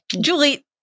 Julie